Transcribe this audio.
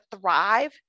thrive